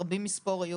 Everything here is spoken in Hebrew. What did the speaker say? רבים מספור היו